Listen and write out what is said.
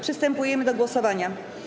Przystępujemy do głosowania.